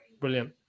Brilliant